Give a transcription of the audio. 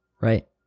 right